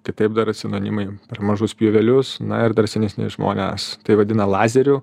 kitaip dar sinonimai per mažus pjūvelius na ir dar senesni žmonės tai vadina lazeriu